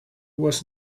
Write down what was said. was